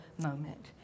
moment